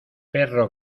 perro